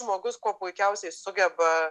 žmogus kuo puikiausiai sugeba